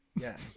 yes